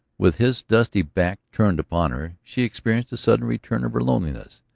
with his dusty back turned upon her, she experienced a sudden return of her loneliness.